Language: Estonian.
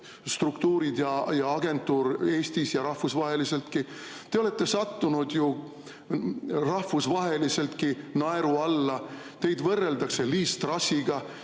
ja agentuur Eestis ning rahvusvaheliselt? Te olete sattunud ju rahvusvaheliseltki naeru alla. Teid võrreldakse Liz Trussiga